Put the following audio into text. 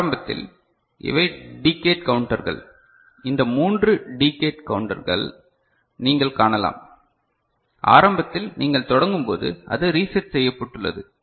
ஆரம்பத்தில் இவை டீகேட் கவுண்டர்கள் இந்த மூன்று 3 டீகேட் கவுண்டர்கள் நீங்கள் காணலாம் ஆரம்பத்தில் நீங்கள் தொடங்கும்போது அது ரீசெட் செய்யப்பட்டுள்ளது